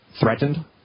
threatened